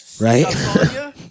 Right